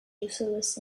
ulysses